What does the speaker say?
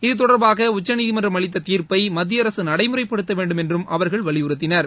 இத்தொடர்பாக உச்சநீதிமன்றம் அளித்த தீர்ப்பை மத்திய அரசு நடைமுறைப்படுத்த வேண்டும் என்றும் அவர்கள் வலியுறுத்தினர்